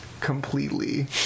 completely